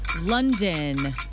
London